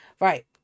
right